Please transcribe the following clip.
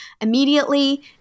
immediately